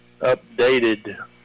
updated